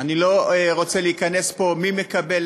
אני לא רוצה להיכנס פה מי מקבל,